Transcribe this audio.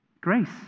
Grace